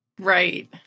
Right